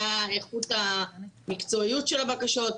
מה איכות המקצועיות של הבקשות?